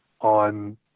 on